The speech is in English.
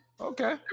okay